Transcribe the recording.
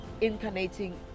incarnating